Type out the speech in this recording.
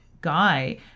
guy